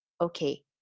okay